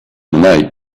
night